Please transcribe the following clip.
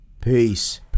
Peace